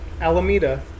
Alameda